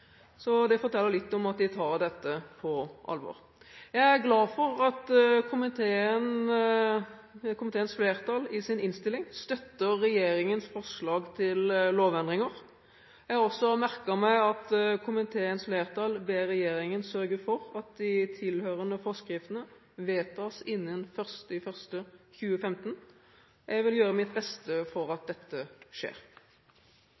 så det forteller litt om at de tar dette på alvor. Jeg er glad for at komiteens flertall i sin innstilling støtter regjeringens forslag til lovendringer. Jeg har også merket meg at komiteens flertall ber regjeringen sørge for at de tilhørende forskriftene vedtas innen 1. januar 2015. Jeg vil gjøre mitt beste for